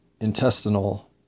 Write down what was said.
intestinal